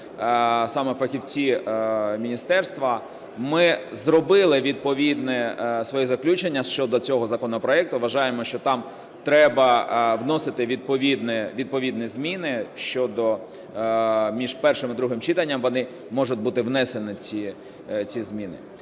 саме фахівців міністерства. Ми зробили відповідне своє заключення щодо цього законопроекту. Вважаємо, що там треба вносити відповідні зміни, між першим і другим читанням вони можуть бути внесені, ці зміни.